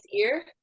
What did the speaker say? ear